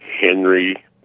Henry